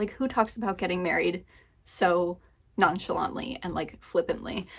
like who talks about getting married so nonchalantly and, like, flippantly?